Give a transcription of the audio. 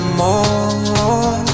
more